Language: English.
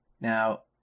Now